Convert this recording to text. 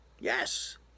Yes